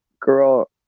girl